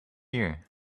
year